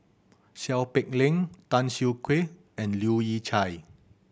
Seow Peck Leng Tan Siak Kew and Leu Yew Chye